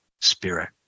Spirit